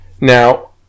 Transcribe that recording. Now